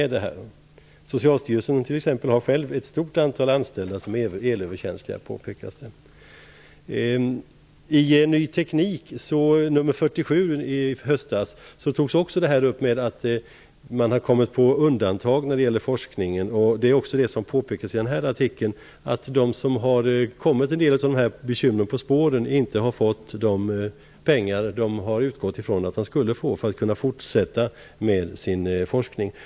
Det påpekas att det t.ex. på Socialstyrelsen finns ett stort antal anställda som är elöverkänsliga. I Ny Teknik, nr 47, från i höstas togs också upp att detta ämne har kommit på undantag när det gäller forskningen. De forskare som har kommit en del av dessa bekymmer på spåren har inte fått den summa pengar som de har utgått från att de skulle få för att kunna fortsätta med sin forskning.